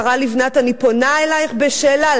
השרה לבנת, אני פונה אלייך בשאלה.